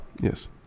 yes